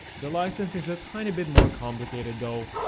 the license is a tiny bit more complicated though,